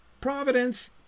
providence